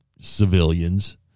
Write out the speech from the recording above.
civilians